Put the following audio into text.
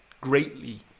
greatly